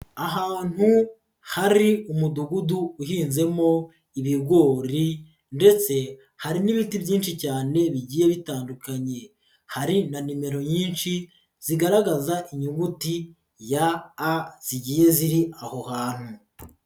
Ahantu hari umudugudu uhinzemo ibigori ndetse hari n'ibiti byinshi cyane bigiye bitandukanye, hari na nimero nyinshi, zigaragaza inyuguti ya A zigiye ziri aho hantu.